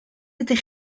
ydych